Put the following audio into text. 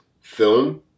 film